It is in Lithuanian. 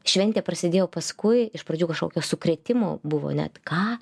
šventė prasidėjo paskui iš pradžių kažkokio sukrėtimu buvo net ką